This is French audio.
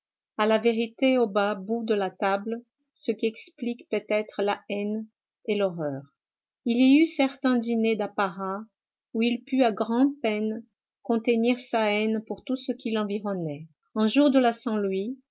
à la vérité au bas bout de la table ce qui explique peut-être la haine et l'horreur il y eut certains dîners d'apparat où il put à grand-peine contenir sa haine pour tout ce qui l'environnait un jour de la saint-louis